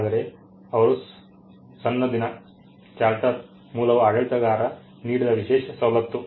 ಆದರೆ ಅವರ ಸನ್ನದಿನ ಮೂಲವು ಆಡಳಿತಗಾರ ನೀಡಿದ ವಿಶೇಷ ಸವಲತ್ತು